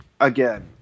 again